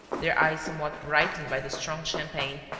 their eyes somewhat brightened by the strong champagne,